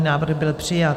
Návrh byl přijat.